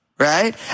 Right